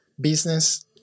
business